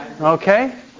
Okay